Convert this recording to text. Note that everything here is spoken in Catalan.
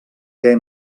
què